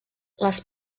les